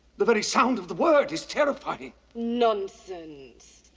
the very sound of the word is terrifying. nonsense.